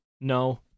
No